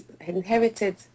inherited